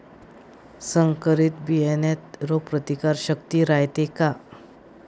संकरित बियान्यात रोग प्रतिकारशक्ती रायते का?